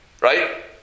right